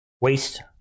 waste